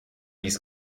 dies